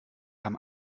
haben